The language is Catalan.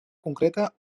concreta